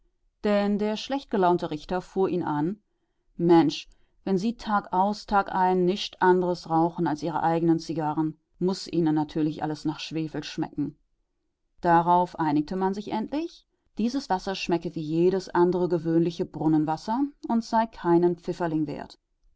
denn der schlecht gelaunte richter fuhr ihn an mensch wenn sie tagaus tagein nischt anderes rauchen als ihre eigenen zigarren muß ihnen natürlich alles nach schwefel schmecken darauf einigte man sich endlich dieses wasser schmecke wie jedes andere gewöhnliche brunnenwasser und sei keinen pfifferling wert